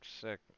sick